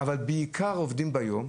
אבל בעיקר ביום.